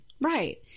Right